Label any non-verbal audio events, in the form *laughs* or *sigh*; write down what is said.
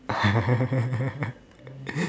*laughs*